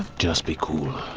just be cool